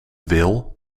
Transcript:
wil